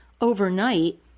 overnight